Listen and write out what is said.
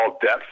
depth